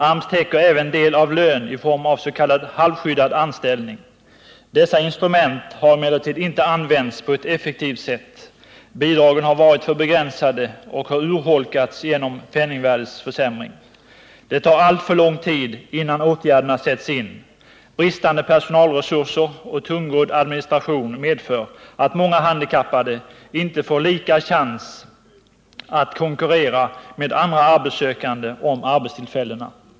AMS täcker även en del av lönen i form av s.k. halvskyddad anställning. Dessa instrument har emellertid inte använts på ett effektivt sätt. Bidragen har varit för begränsade och har även urholkats genom penningvärdeförsämring. Det tar alltför lång tid innan åtgärderna sätts in. Bristande personalresurser och tungrodd administration medför att många handikappade inte får lika chanser att konkurrera med andra arbetssökande om arbetstillfällena.